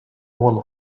one